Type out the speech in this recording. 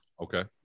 Okay